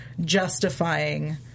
justifying